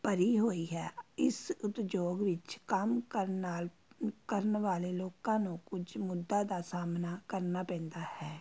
ਭਰੀ ਹੋਈ ਹੈ ਇਸ ਉਦਯੋਗ ਵਿੱਚ ਕੰਮ ਕਰਨ ਨਾਲ ਕਰਨ ਵਾਲੇ ਲੋਕਾਂ ਨੂੰ ਕੁਝ ਮੁੱਦਾਂ ਦਾ ਸਾਹਮਣਾ ਕਰਨਾ ਪੈਂਦਾ ਹੈ